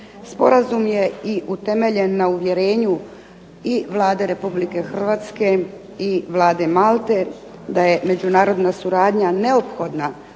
Sporazum je i utemeljen na uvjerenju i Vlade Republike Hrvatske i Vlade Malte da je međunarodna suradnja neophodna